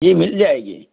جی مل جائے گی